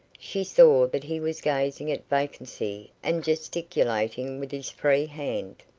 she saw that he was gazing at vacancy and gesticulating with his free hand.